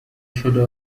شده